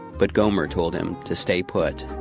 but gomer told him to stay put